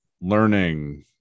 learning